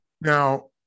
Now